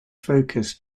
focus